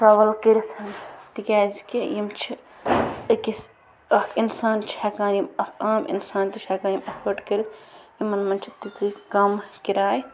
travel کٔرِتھ تِکیٛازِ کہِ یِم چھِ أکِس اَکھ اِنسان چھِ ہٮ۪کان یِم اَکھ عام اِںسان تہِ چھُ ہٮ۪کان یِم اٮ۪فٲٹ کٔرِتھ یِمن منٛز چھِ تِژٕے کَم کِراے